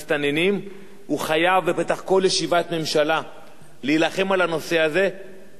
הוא חייב בפתח כל ישיבת ממשלה להילחם על הנושא הזה ולדרוש תקציבים